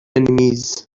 enemies